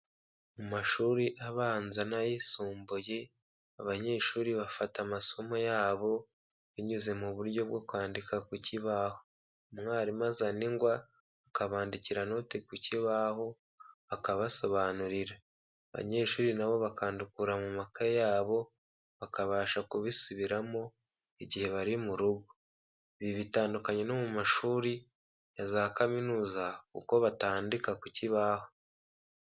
Mu mashuri abanza n'ayisumbuye, abanyeshuri bafata amasomo yabo, binyuze mu buryo bwo kwandika ku kibaho. Umwarimu azana igwa akabandikira noti ku kibaho, akabasobanurira. Abanyeshuri nabo bakandukura mu makaye yabo, bakabasha kubisubiramo igihe bari mu rugo. Ibi bitandukanye no mu mashuri ya za kaminuza kuko batandika ku kibaho.